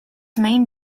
main